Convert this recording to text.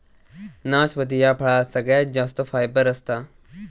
नाशपती ह्या फळात सगळ्यात जास्त फायबर असता